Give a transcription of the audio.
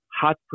hot